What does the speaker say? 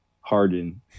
Harden